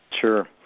Sure